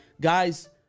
Guys